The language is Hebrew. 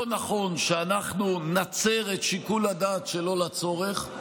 לא נכון שאנחנו נצר את שיקול הדעת שלא לצורך,